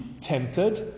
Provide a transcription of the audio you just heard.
tempted